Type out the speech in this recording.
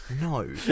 No